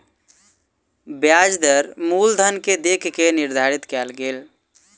ब्याज दर मूलधन के देख के निर्धारित कयल गेल